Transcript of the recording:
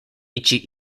ichi